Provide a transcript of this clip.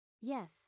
Yes